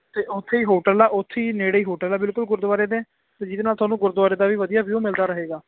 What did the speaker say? ਅਤੇ ਉੱਥੇ ਹੀ ਹੋਟਲ ਹੈ ਉੱਥੇ ਹੀ ਨੇੜੇ ਹੀ ਹੋਟਲ ਹੈ ਬਿਲਕੁਲ ਗੁਰਦੁਆਰੇ ਦੇ ਅਤੇ ਜਿਹਦੇ ਨਾਲ ਤੁਹਾਨੂੰ ਗੁਰਦੁਆਰੇ ਦਾ ਵੀ ਵਧੀਆ ਵਿਊ ਮਿਲਦਾ ਰਹੇਗਾ